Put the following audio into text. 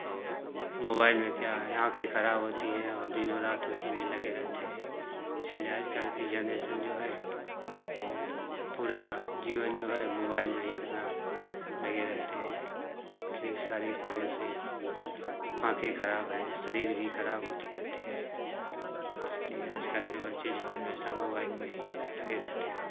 और मोबाइल में क्या है आँखें खराब होती हैं और दिनों रात उसी में लगे रहते है इसीलिए आजकल के जनरेशन जो है वह पूरा जीवन जो है मोबाइल में ही अपना लगे रहते हैं इसलिए शारीरिक तौर से आँखें खराब हैं शरीर भी खराब होती रहती है इसीलिए आजकल के बच्चे जो हमेशा मोबाइल में ही लगे रहते हैं